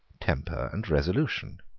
temper, and resolution.